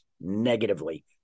negatively